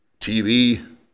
TV